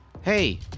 Hey